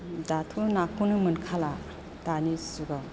दाथ' नाखौनो मोनखाला दानि जुगाव